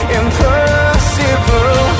impossible